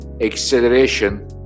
acceleration